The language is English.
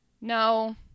No